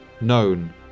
known